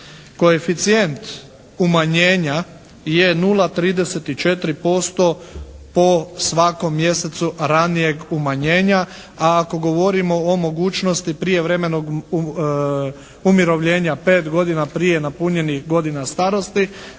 Koeficijent umanjenja je 0,34% po svakom mjesecu ranijeg umanjenja, a ako govorimo o mogućnosti prijevremenog umirovljenja pet godina prije napunjenih godina starosti